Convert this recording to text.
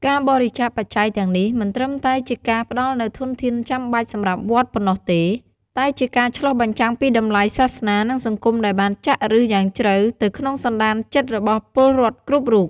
ការបរិច្ចាគបច្ច័យទាំងនេះមិនត្រឹមតែជាការផ្ដល់នូវធនធានចាំបាច់សម្រាប់វត្តប៉ុណ្ណោះទេ តែជាការឆ្លុះបញ្ចាំងពីតម្លៃសាសនា និងសង្គមដែលបានចាក់ឫសយ៉ាងជ្រៅទៅក្នុងសន្តានចិត្តរបស់ពលរដ្ឋគ្រប់រូប។